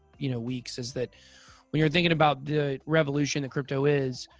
you know, weeks is that when you're thinking about the revolution that crypto is,